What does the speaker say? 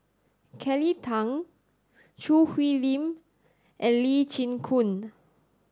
Kelly Tang Choo Hwee Lim and Lee Chin Koon